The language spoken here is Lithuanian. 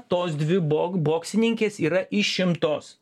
tos dvi bok boksininkės yra išimtos